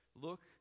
Look